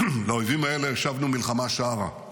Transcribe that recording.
לאויבים האלה השבנו מלחמה שערה,